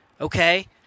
okay